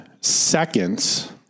seconds